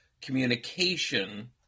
communication